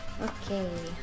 Okay